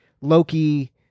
Loki